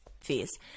fees